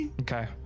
Okay